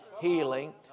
healing